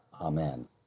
Amen